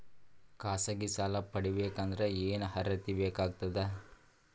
ಖಾಸಗಿ ಸಾಲ ಪಡಿಬೇಕಂದರ ಏನ್ ಅರ್ಹತಿ ಬೇಕಾಗತದ?